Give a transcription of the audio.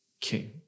king